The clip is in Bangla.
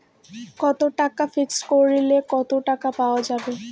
কত টাকা ফিক্সড করিলে কত টাকা পাওয়া যাবে?